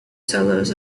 solos